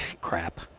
Crap